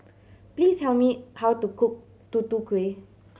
please tell me how to cook Tutu Kueh